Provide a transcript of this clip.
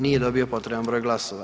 Nije dobio potreban broj glasova.